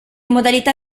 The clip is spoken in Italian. modalità